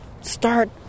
start